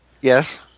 Yes